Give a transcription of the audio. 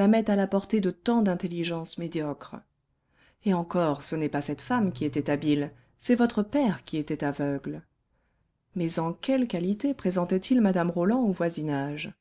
à la portée de tant d'intelligences médiocres et encore ce n'est pas cette femme qui était habile c'est votre père qui était aveugle mais en quelle qualité présentait-il mme roland au voisinage